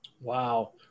wow